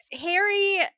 Harry